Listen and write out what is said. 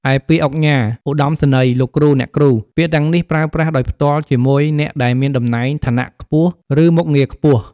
ឯពាក្យ ឧកញ៉ា ឧត្ដមសេនីយ៍ អ្នកគ្រូ លោកគ្រូ ពាក្យទាំងនេះប្រើប្រាស់ដោយផ្ទាល់ជាមួយ អ្នកដែលមានតំណែង ឋានៈខ្ពស់ ឬមុខងារខ្ពស់។